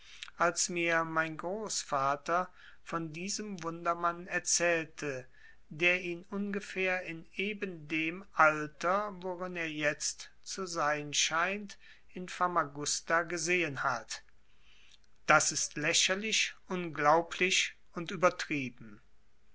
als mir mein großvater von diesem wundermann erzählte der ihn ungefähr in ebendem alter worin er jetzt zu sein scheint in famagusta gesehen hat das ist lächerlich unglaublich und übertrieben